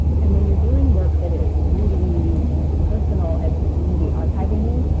and when you are doing work that is really as personal as community archiving is,